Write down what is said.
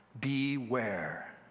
Beware